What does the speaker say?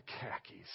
khakis